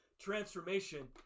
transformation